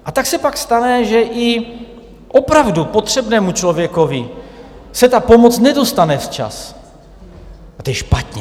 A tak se pak stane, že i opravdu potřebnému člověku se ta pomoc nedostane včas, a to je špatně.